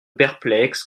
perplexes